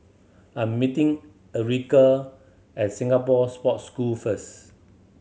I'm meeting Ericka at Singapore Sports School first